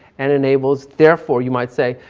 and enables, therefore you might say,